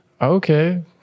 Okay